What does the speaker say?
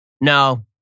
No